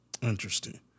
Interesting